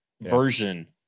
version